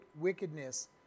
wickedness